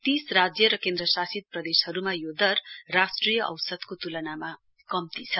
तीस राज्य र केन्द्रशासित प्रदेशहरूमा यो दस राष्ट्रिय औसतको तुलनामा कम्ती छ